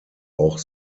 auch